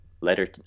letter